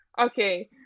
okay